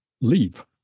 leave